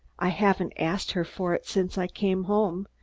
i haven't asked her for it since i came home,